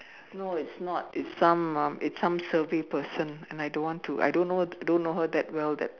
no it's not it's some um it's some survey person and I don't want to I don't know her I don't know her that well that